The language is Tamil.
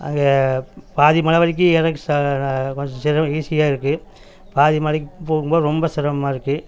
அங்கே பாதி மலை வரைக்கும் ஏறதுக்கு ச கொஞ்சம் சிரமம் ஈஸியாக இருக்கும் பாதி மலைக்கு போகும்போது ரொம்ப சிரமமா இருக்கும்